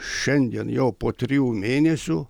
šiandien jau po trijų mėnesių